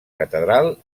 catedral